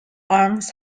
arms